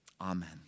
Amen